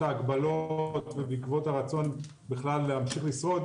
ההגבלות ובעקבות הרצון בכלל להמשיך לשרוד,